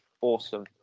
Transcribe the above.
Awesome